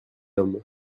homme